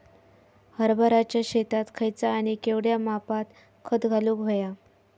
हरभराच्या शेतात खयचा आणि केवढया मापात खत घालुक व्हया?